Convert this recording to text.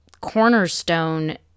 cornerstone